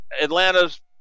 Atlanta's